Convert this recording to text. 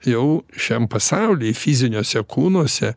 jau šiam pasauly fiziniuose kūnuose